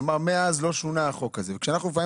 כלומר מאז לא שונה החוק הזה וכשאנחנו לפעמים